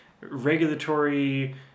regulatory